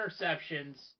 interceptions